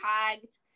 tagged